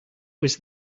was